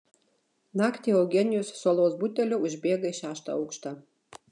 naktį eugenijus su alaus buteliu užbėga į šeštą aukštą